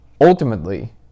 ultimately